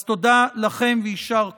אז תודה לכם ויישר כוח.